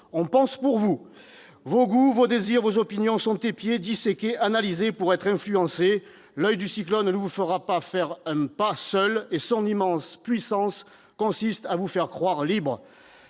on pense pour vous. Vos goûts, vos désirs, vos opinions sont épiés, disséqués, analysés pour être influencés. L'oeil du cyclone ne vous laissera pas faire un pas seul. Et son immense puissance, c'est de vous faire croire que